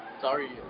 Sorry